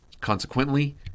Consequently